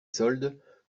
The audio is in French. soldes